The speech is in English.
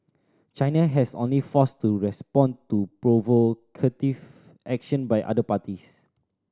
China has only forced to respond to provocative action by other parties